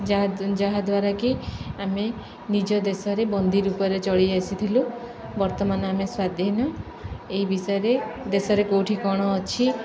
ଯାହା ଯାହାଦ୍ୱାରା କିି ଆମେ ନିଜ ଦେଶରେ ବନ୍ଦୀ ରୂପରେ ଚଳେଇ ଆସିଥିଲୁ ବର୍ତ୍ତମାନ ଆମେ ସ୍ଵାଧୀନ ଏହି ବିଷୟରେ ଦେଶରେ କେଉଁଠି କ'ଣ ଅଛି